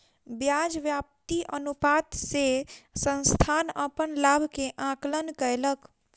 ब्याज व्याप्ति अनुपात से संस्थान अपन लाभ के आंकलन कयलक